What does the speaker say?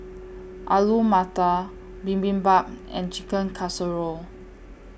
Alu Matar Bibimbap and Chicken Casserole